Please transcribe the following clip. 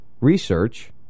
research